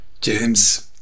James